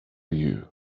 you